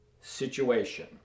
situation